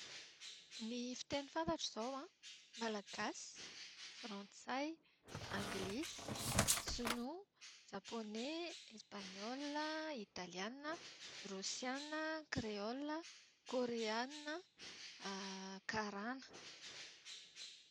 Ny fiteny fantatro izao an, malagasy, frantsay, anglisy, sinoa, japoney, espanola, italiana, rosiana, kreola, koreana, karana